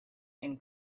and